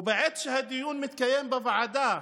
ובעת שהדיון מתקיים בוועדה